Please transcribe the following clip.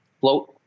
float